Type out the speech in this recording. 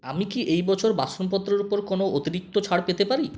আমি কি এই বছর বাসনপত্রের ওপর কোনো অতিরিক্ত ছাড় পেতে পারি